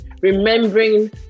remembering